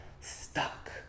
stuck